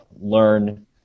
learn